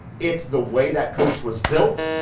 it's the way that coach was built.